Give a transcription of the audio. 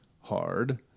hard